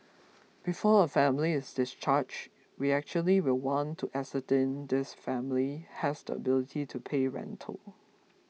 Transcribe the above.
before a family is discharged we actually will want to ascertain this family has the ability to pay rental